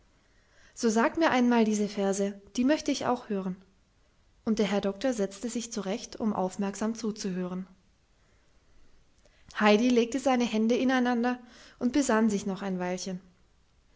so sag mir einmal diese verse die möchte ich auch hören und der herr doktor setzte sich zurecht um aufmerksam zuzuhören heidi legte seine hände ineinander und besann sich noch ein weilchen